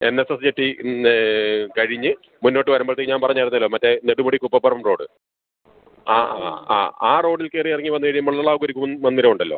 N S S jetty പിന്നേ കഴിഞ്ഞ് മുന്നോട്ട് വരുമ്പൾത്തേ ഞാൻ പറഞ്ഞിരുന്നല്ലോ മറ്റേ നെടുമുടി കുപ്പപ്പുറം റോഡ് ആ ആ ആ ആ റോഡിൽ കയറി ഇറങ്ങി വന്നു കഴിയുമ്പോഴുള്ള ഒരു ഗുരുമന്ദിരമുണ്ടല്ലോ